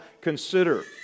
consider